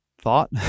thought